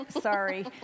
sorry